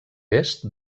est